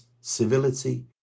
civility